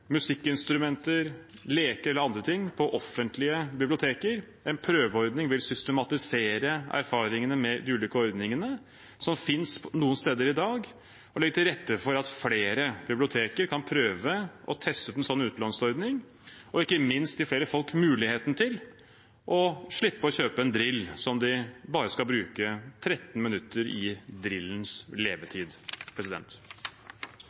musikkinstrumenter, leker eller andre ting på offentlige biblioteker. En prøveordning vil systematisere erfaringene med de ulike ordningene som finnes noen steder i dag, og legge til rette for at flere biblioteker kan prøve å teste ut en slik utlånsordning, og ikke minst gi flere folk muligheten til å slippe å kjøpe en drill som de bare skal bruke 13 minutter i drillens